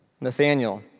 Nathaniel